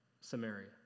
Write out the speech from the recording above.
Samaria